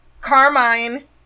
Carmine